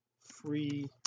free